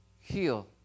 heal